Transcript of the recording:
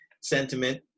sentiment